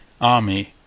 army